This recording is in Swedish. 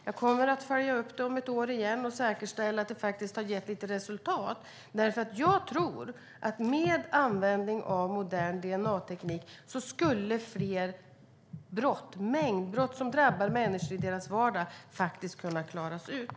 Jag kommer att följa upp det om ett år igen och säkerställa att det har gett lite resultat. Jag tror att med användning av modern DNA-teknik skulle fler mängdbrott som drabbar människor i deras vardag kunna klaras ut.